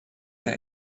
der